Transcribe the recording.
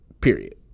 period